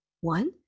One